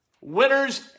Winners